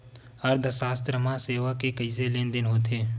अर्थशास्त्र मा सेवा के कइसे लेनदेन होथे?